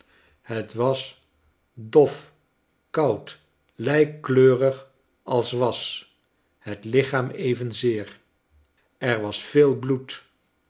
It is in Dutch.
het was dof koud lijkkleurig als was het lichaam evenzeer er was veel bloed